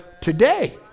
today